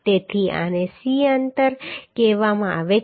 તેથી આને C અંતર કહેવામાં આવે છે